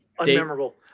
Unmemorable